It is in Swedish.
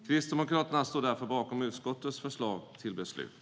Kristdemokraterna står därför bakom utskottets förslag till beslut.